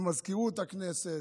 למזכירות הכנסת,